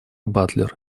батлер